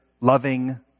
loving